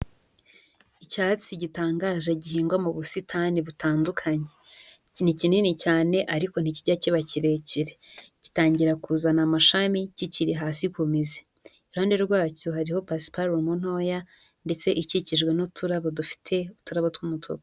Icyatsi gitangaje gihingwa mu busitani butandukanye. Ni kinini cyane ariko ntikijya kiba kirekire. Gitangira kuzana amashami kikiri hasi ku mizi. Iruhande rwacyo hariho pasiparumu ntoya ndetse ikikijwe n'uturabo dufite uturabo tw'umutuku.